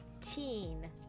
teen